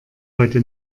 heute